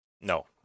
No